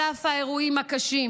על אף האירועים הקשים.